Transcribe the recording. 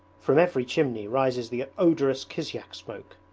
from every chimney rises the odorous kisyak smoke.